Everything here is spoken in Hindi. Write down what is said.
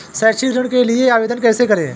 शैक्षिक ऋण के लिए आवेदन कैसे करें?